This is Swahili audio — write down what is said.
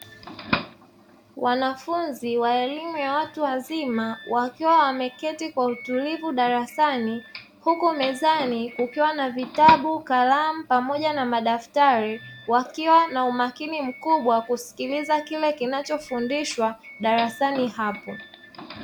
Wanafunzi wa elimu ya watu wazima wakiwa wameketi kwa utulivu darasani huku mezani kukiwa na vitabu, kalamu pamoja na madaftari wakiwa na umakini mkubwa kusikiliza kile kinachofundishwa darasani hapo.